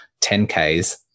10Ks